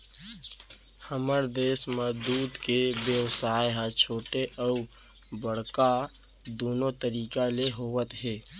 हमर देस म दूद के बेवसाय ह छोटे अउ बड़का दुनो तरीका ले होवत हे